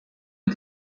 est